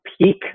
peak